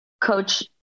coach